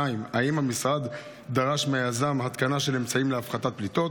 2. האם המשרד דרש מהיזם התקנה של אמצעים להפחתת פליטות?